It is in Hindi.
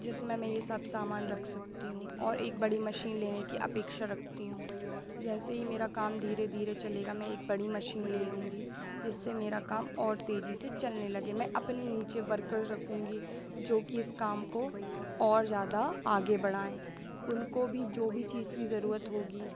जिसमें मैं यह सब सामान रख सकती हूँ और एक बड़ी मशीन लेने की अपेक्षा रखती हूँ जैसे ही मेरा काम धीरे धीरे चलेगा मैं एक बड़ी मशीन ले लूँगी जिससे मेरा काम और तेजी से चलने लगे मैं अपनी नीचे वर्कर रखूँगी जोकि इस काम को और ज़्यादा आगे बढ़ाएँ उनको भी जो भी चीज़ की ज़रूरत होगी